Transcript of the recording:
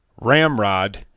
Ramrod